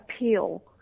appeal